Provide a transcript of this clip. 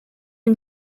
une